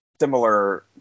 similar